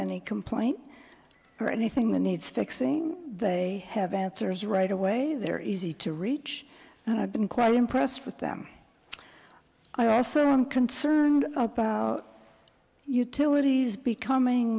any complaint or anything that needs fixing they have answers right away there is a to reach and i've been quite impressed with them i also am concerned about utilities becoming